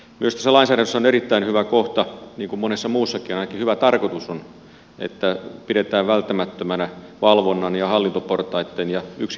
myös tässä lainsäädännössä on erittäin hyvä kohta niin kuin monessa muussakin ainakin hyvä tarkoitus on että pidetään välttämättömänä yksinkertaistaa valvonnan ja hallintoportaiden byrokratiaa